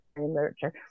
literature